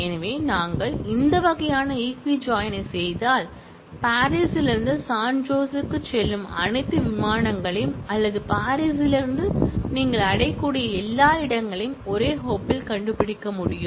எனவே நாங்கள் இந்த வகையான ஈக்வி ஜாயின் ஐச் செய்தால் பாரிஸிலிருந்து சான் ஜோஸுக்குச் செல்லும் அனைத்து விமானங்களையும் அல்லது பாரிஸிலிருந்து நீங்கள் அடையக்கூடிய எல்லா இடங்களையும் ஒரே ஹாப்பில் கண்டுபிடிக்க முடியும்